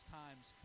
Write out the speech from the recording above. times